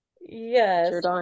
Yes